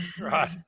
Right